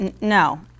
No